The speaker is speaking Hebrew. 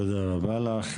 תודה רבה לך.